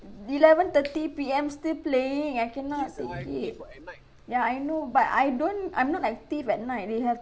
eleven thirty P_M still playing I cannot take it ya I know but I don't I'm not active at night they have